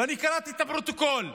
ואני קראתי את הפרוטוקול,